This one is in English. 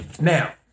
Now